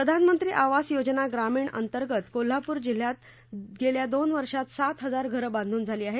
प्रधानमंत्री आवास योजना ग्रामीण अंतर्गत कोल्हापूर जिल्ह्यात गेल्या दोन वर्षात सात हजार घरं बांधून पूर्ण झाली आहेत